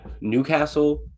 Newcastle